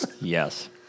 yes